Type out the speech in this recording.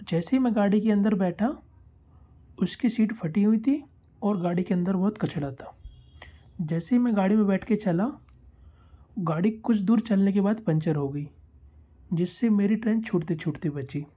जैसे ही मैं गाड़ी के अंदर बैठा उसकी सीट फटी हुई थी और गाड़ी के अंदर बहुत कचरा था जैसे ही मैं गाड़ी में बैठ के चला गाड़ी कुछ दूर चलने के बाद पंचर हो गई जिस से मेरी ट्रेन छूटते छूटते बची